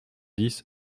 dix